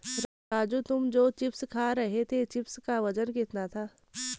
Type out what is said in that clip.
राजू तुम जो चिप्स खा रहे थे चिप्स का वजन कितना था?